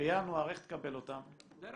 בינואר איך תקבל אותם?